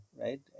right